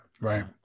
right